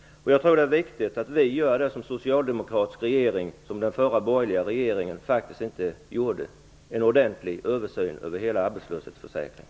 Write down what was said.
Jag tror att det är viktigt att vi, som den socialdemokratiska regeringen gör och som den förra borgerliga regeringen faktiskt inte gjorde, får en ordentlig översyn av hela arbetslöshetsförsäkringen.